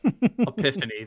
epiphany